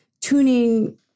tuning